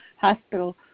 hospital